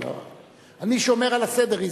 אני שומר על הסדר.